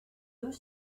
deux